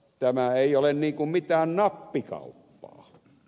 tämä ei ole niin kuin mitään nappikauppaa